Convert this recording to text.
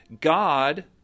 God